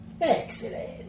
Excellent